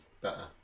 better